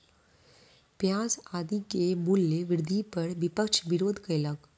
प्याज आदि के मूल्य वृद्धि पर विपक्ष विरोध कयलक